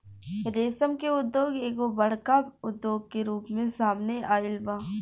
रेशम के उद्योग एगो बड़का उद्योग के रूप में सामने आइल बा